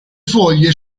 foglie